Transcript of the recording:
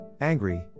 Angry